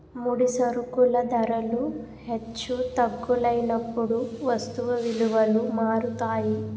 ముడి సరుకుల ధరలు హెచ్చు తగ్గులైనప్పుడు వస్తువు విలువలు మారుతాయి